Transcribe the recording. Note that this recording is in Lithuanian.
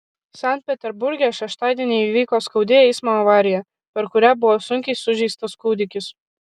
sankt peterburge šeštadienį įvyko skaudi eismo avarija per kurią buvo sunkiai sužeistas kūdikis